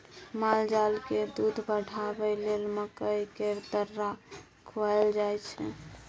मालजालकेँ दूध बढ़ाबय लेल मकइ केर दर्रा खुआएल जाय छै